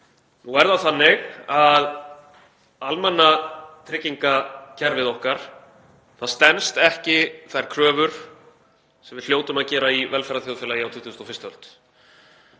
Nú er það þannig að almenna tryggingakerfið okkar stenst ekki þær kröfur sem við hljótum að gera í velferðarþjóðfélagi á 21.